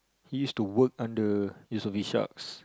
he used to work under Yusof-Ishak's